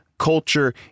culture